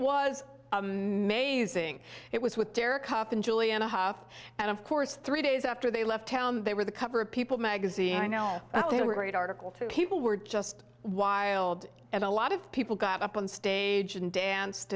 was amazing it was with derek hough and julie and a half and of course three days after they left town they were the cover of people magazine i know they were great article two people were just wild and a lot of people got up on stage and danced